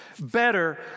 better